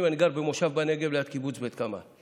אני גר במושב בנגב ליד קיבוץ בית קמה.